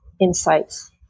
insights